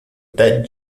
that